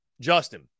Justin